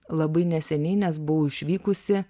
labai neseniai nes buvau išvykusi